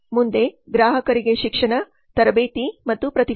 ಮುಂದೆ ಗ್ರಾಹಕರಿಗೆ ಶಿಕ್ಷಣ ತರಬೇತಿ ಮತ್ತು ಪ್ರತಿಫಲ